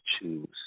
choose